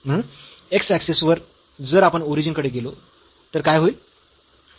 म्हणून x axis वर जर आपण ओरिजिन कडे गेलो तर काय होईल